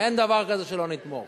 אין דבר כזה שלא נתמוך.